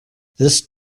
this